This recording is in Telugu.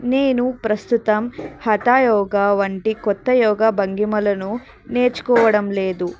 నేను ప్రస్తుతం హఠ యోగ వంటి కొత్త యోగ భంగిమలను నేర్చుకోవడం లేదు